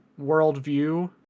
worldview